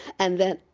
and then.